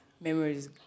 Memories